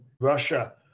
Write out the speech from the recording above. Russia